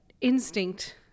instinct